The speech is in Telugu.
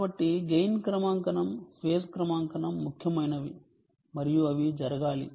కాబట్టి గెయిన్ క్రమాంకనం ఫేజ్ క్రమాంకనం ముఖ్యమైనవి మరియు అవి జరగాలి